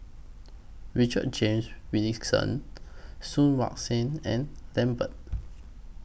Richard James Wilkinson Soon Wah Siang and Lambert